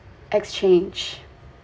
exchange